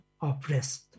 oppressed